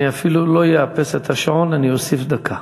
אני אפילו לא אאפס את השעון, אני אוסיף דקה.